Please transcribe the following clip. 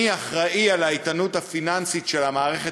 אני אחראי לאיתנות הפיננסית של המערכת